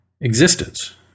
existence